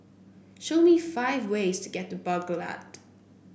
show me five ways to get to Baghdad